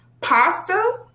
pasta